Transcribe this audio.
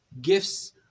gifts